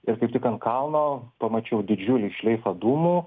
ir kaip tik ant kalno pamačiau didžiulį šleifą dūmų